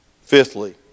Fifthly